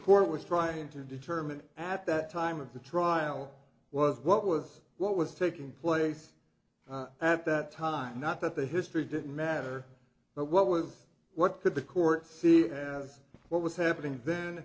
court was trying to determine at that time of the trial was what was what was taking place at that time not that the history didn't matter but what was what could the court see has what was happening